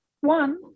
One